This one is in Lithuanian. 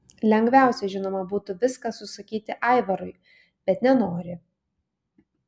lengviausia žinoma būtų viską susakyti aivarui bet nenori